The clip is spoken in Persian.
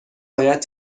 باید